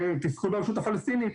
בזכות הרשות הפלסטינית.